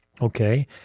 okay